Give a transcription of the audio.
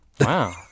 Wow